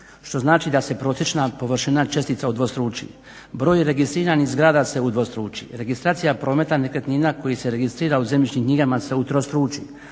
što znači da se prosječna površina čestica udvostruči, broj registriranih zgrada se udvostruči, registracija prometa nekretnina koji se registrira u zemljišnim knjigama se utrostruči,